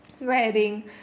wearing